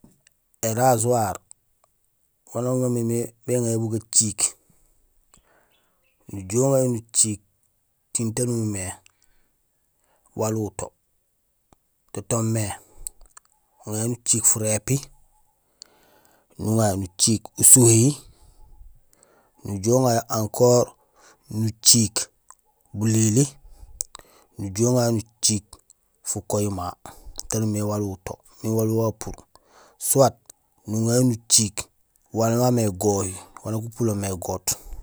É rasoir waan umimé béŋa yo bu gaciik: nujuhé uŋa yo nuciik tiin taan umimé waal uwuto to toomé uŋa yo nuciik furépi nuŋa nuciik usuwéhi nujuhé uŋa yo encore nuciik bulili nujuhé uŋa yo nuciik fukohi ma taan umimé waal uwuto miin waal wawu upuur soit nuŋa yo nuciik waal waamé gohi waan nak upulomé goot